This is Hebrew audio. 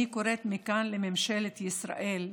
אני קוראת מכאן לממשלת ישראל: